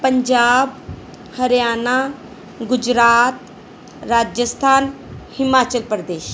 Punjab Haryana Gujarat Rajasthan Himachal Pradesh